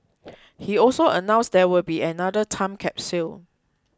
he also announced there will be another time capsule